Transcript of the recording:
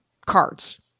cards